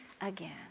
again